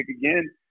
again